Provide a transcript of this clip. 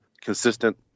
consistent